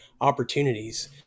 opportunities